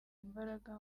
imbaraga